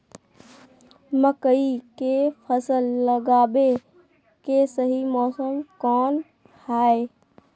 मकई के फसल लगावे के सही मौसम कौन हाय?